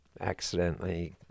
accidentally